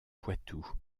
poitou